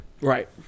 Right